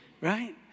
Right